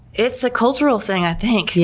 it's a cultural thing, i think. yeah